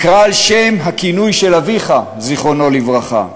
הוא על-שם הכינוי של אביך, זיכרונו לברכה.